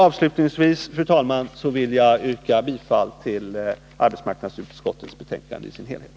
Avslutningsvis, fru talman, vill jag yrka bifall till arbetsmarknadsutskottets hemställan i sin helhet.